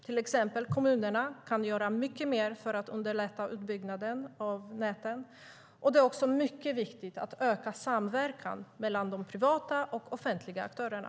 Till exempel kommunerna kan göra mycket mer för att underlätta utbyggnaden av näten, och det är mycket viktigt att öka samverkan mellan de privata och de offentliga aktörerna.